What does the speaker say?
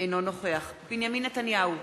אינו נוכח בנימין נתניהו,